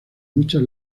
muchas